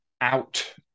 out